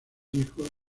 hijo